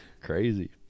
crazy